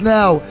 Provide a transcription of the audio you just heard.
now